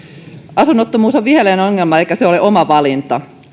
asunnottomuus on viheliäinen ongelma eikä se ole oma valinta